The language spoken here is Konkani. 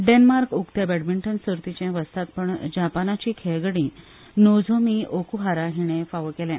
डेन्मार्क उक्त्या बॅडमींटन सर्तीचे वस्तादपण जपानाची खेळगडी नोझोमी ओकुहारा हीणे फावो केले